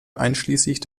einschließlich